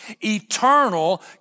eternal